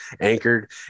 anchored